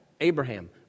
Abraham